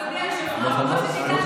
אדוני היושב-ראש,